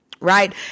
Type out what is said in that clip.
right